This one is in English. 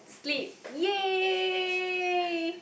sleep yay